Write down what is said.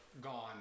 gone